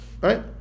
Right